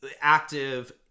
active